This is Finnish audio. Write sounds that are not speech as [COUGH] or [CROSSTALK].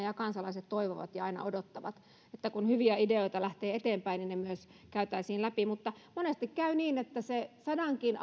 [UNINTELLIGIBLE] ja kansalaiset toivovat ja aina odottavat että kun hyviä ideoita lähtee eteenpäin ne myös käytäisiin läpi mutta monesti käy niin että sadankin [UNINTELLIGIBLE]